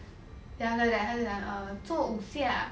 then after that 他就讲 err 做五下